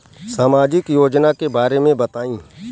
सामाजिक योजना के बारे में बताईं?